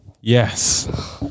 Yes